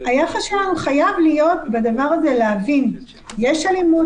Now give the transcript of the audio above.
היחס שלנו בדברים האלה חייב להבין שיש אלימות,